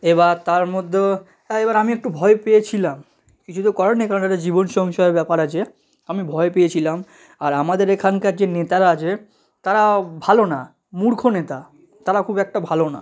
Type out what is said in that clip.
এবার তার মধ্যেও হ্যাঁ এবার আমি একটু ভয় পেয়েছিলাম কিছু তো করার নেই কারণ এটা জীবন সংশয়ের ব্যাপার আছে আমি ভয় পেয়েছিলাম আর আমাদের এখানকার যে নেতারা আছে তারাও ভালো না মূর্খ নেতা তারা খুব একটা ভালো না